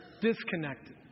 disconnected